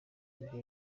igihe